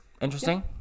Interesting